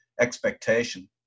expectation